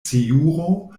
sciuro